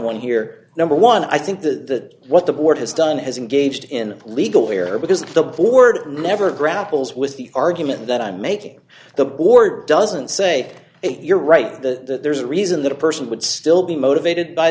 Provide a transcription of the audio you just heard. one here number one i think that what the board has done has engaged in legal here because the board never grapples with the argument that i'm making the board doesn't say you're right that there's a reason that a person would still be motivated by